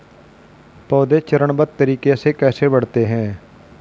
पौधे चरणबद्ध तरीके से कैसे बढ़ते हैं?